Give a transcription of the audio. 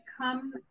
come